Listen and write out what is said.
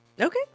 Okay